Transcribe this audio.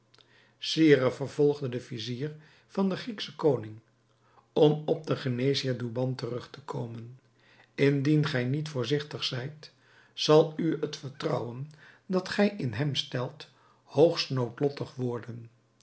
sire vervolgde de vizier van den griekschen koning om op den geneesheer douban terug te komen indien gij niet voorzigtig zijt zal u het vertrouwen dat gij in hem stelt hoogst noodlottig worden